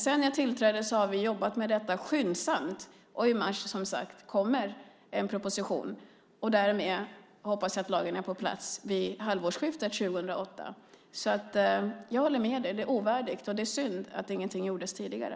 Sedan jag tillträdde har vi skyndsamt jobbat med frågan, och i mars kommer en proposition. Därmed hoppas jag att lagen ska finnas på plats vid halvårsskiftet 2008. Jag håller med dig, det är ovärdigt, och det är synd att ingenting gjordes tidigare.